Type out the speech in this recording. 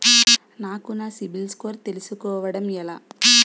నాకు నా CIBIL score తెలుసుకోవడం ఎలా?